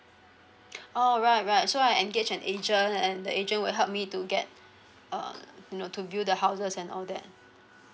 oh right right so I engage an agent and the agent will help me to get uh you know to view the houses and all that